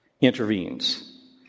intervenes